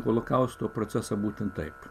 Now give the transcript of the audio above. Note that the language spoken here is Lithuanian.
holokausto procesą būtent taip